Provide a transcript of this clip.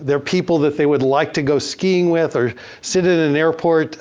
they're people that they would like to go skiing with. or sit in an airport